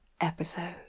episode